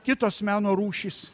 kitos meno rūšys